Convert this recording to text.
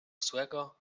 złego